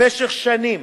במשך שנים